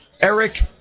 Eric